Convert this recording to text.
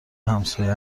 همساین